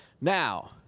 Now